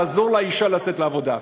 לעזור לאישה לצאת לעבודה.